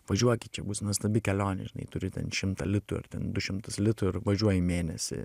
važiuokit čia bus nuostabi kelionė žinai turi ten šimtą litų ar ten du šimtus litų ir važiuoji mėnesį